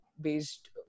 based